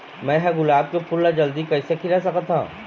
मैं ह गुलाब के फूल ला जल्दी कइसे खिला सकथ हा?